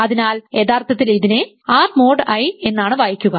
അതിനാൽ യഥാർത്ഥത്തിൽ ഇതിനെ R മോഡ് I എന്നാണ് വായിക്കുക